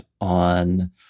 on